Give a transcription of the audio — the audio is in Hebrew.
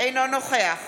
אינו נוכח